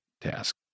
task